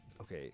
okay